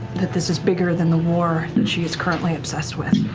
that this is bigger than the war that she is currently obsessed with.